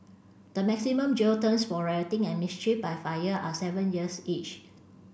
the maximum jail terms for rioting and mischief by fire are seven years each